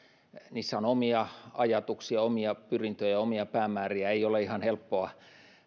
niissä on omia ajatuksia omia pyrintöjä omia päämääriä ei ole ihan helppoa